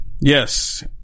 Yes